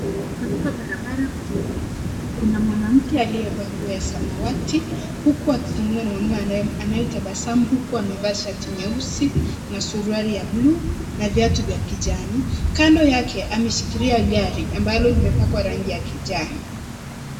Katika barabara kuu, kuna mwanamke aliyevaa nguo ya samawati huku akitembea na mwanamke anayetabasamu huku amevaa shati nyeusi na suruali ya buluu na viatu vya kijani. Kando yake ameshikilia gari ambalo limepakwa rangi ya kijani.